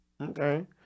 Okay